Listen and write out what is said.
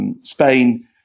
Spain